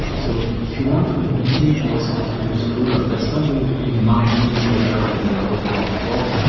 so you want to really make something useful, ah that's not going to be marginally better than than what was before.